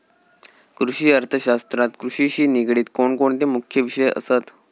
कृषि अर्थशास्त्रात कृषिशी निगडीत कोणकोणते मुख्य विषय असत?